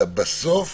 אלא בסוף